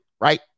right